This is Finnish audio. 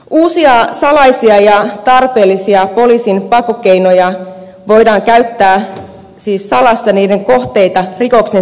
uusia salaisia ja tarpeellisia poliisin pakkokeinoja voidaan käyttää siis salassa niiden kohteilta rikoksen selvittämiseen